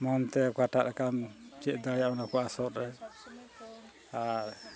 ᱢᱚᱱᱛᱮ ᱚᱠᱟᱴᱟᱜ ᱪᱮᱫ ᱫᱟᱲᱮᱭᱟᱜᱼᱟ ᱚᱱᱟ ᱠᱚ ᱟᱥᱚᱜ ᱨᱮ ᱟᱨ